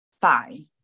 fine